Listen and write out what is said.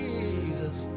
Jesus